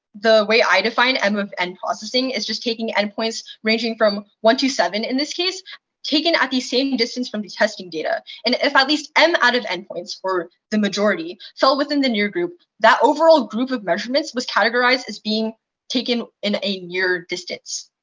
the way i define m of n processing is just taking n points ranging from one to seven in this case taken at the same distance from the testing data. and if at least m out of n points, or the majority, fell within the near group, that overall group of measurements was categorized as being taken in a near distance.